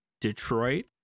Detroit